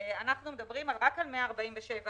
אנחנו מדברים רק על 147(א).